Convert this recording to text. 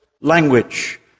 language